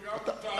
זה גם מותר.